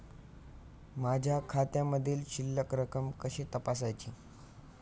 माझ्या खात्यामधील शिल्लक रक्कम कशी तपासायची?